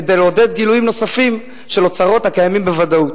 כדי לעודד גילויים נוספים של אוצרות הקיימים בוודאות.